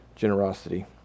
generosity